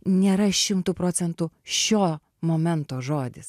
nėra šimtu procentų šio momento žodis